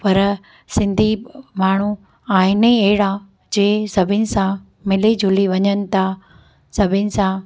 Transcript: पर सिंधी माण्हूं आहिनि ई अहिड़ा जे सभिनि सां मिली ज़ुली वञनि था सभिनि सां